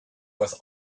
was